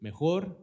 mejor